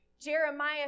Jeremiah